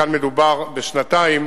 וכאן מדובר בשנתיים